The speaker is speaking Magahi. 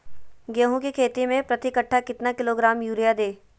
गेंहू की खेती में प्रति कट्ठा कितना किलोग्राम युरिया दे?